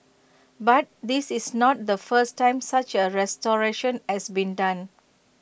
but this is not the first time such A restoration has been done